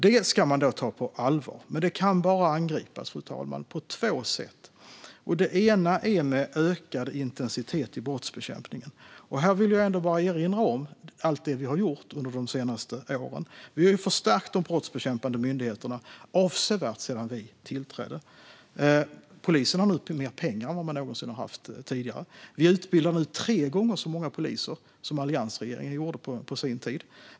Det ska man ta på allvar, fru talman, men det kan bara angripas på två sätt. Det ena är med ökad intensitet i brottsbekämpningen. Här vill jag erinra om allt vi har gjort under de senaste åren. Vi har förstärkt de brottsbekämpande myndigheterna avsevärt sedan vi tillträdde. Polisen har mer pengar än de någonsin haft tidigare. Vi utbildar nu tre gånger så många poliser som alliansregeringen gjorde på sin tid.